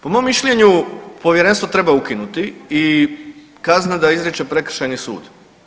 Po mom mišljenju, Povjerenstvo treba ukinuti i kazne da izriče Prekršajni sud.